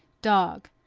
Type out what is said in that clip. dog,